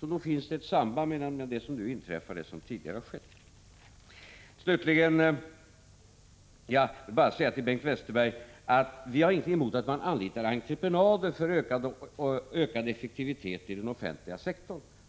Nog finns det ett samband mellan det som nu inträffar och det som tidigare har skett. Slutligen vill jag bara säga till Bengt Westerberg att vi inte har någonting emot att man anlitar entreprenörer för ökad effektivitet i den offentliga sektorn.